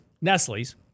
Nestle's